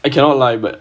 I cannot lie but